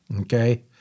okay